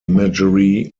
imagery